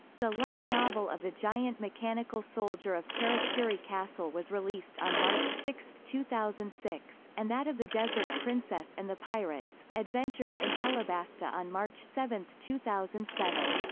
the light novel of the giant mechanical soldier of karakuri castle was released on march six, two thousand six, and that of the desert princess and the pirates adventures in alabasta on march seven, two thousand and seven.